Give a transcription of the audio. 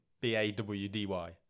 B-A-W-D-Y